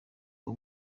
uwo